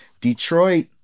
Detroit